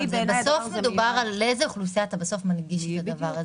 בסוף מדובר לאיזה אוכלוסייה אתה בסוף מנגיש את הדבר הזה?